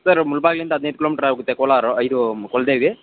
sir ಮುಳ್ಬಾಗಿಲಿಂದ ಹದಿನೈದು kilometre ಆಗುತ್ತೆ ಕೋಲಾರು ಇದು ಕುಲದೇವಿ